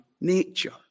nature